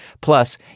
plus